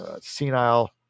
senile